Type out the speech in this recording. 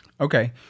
Okay